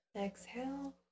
Exhale